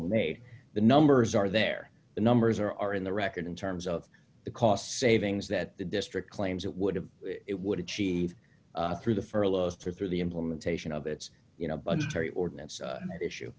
made the numbers are there the numbers are in the record in terms of the cost savings that the district claims it would have it would achieve through the furloughs through the implementation of its you know budgetary ordinance issue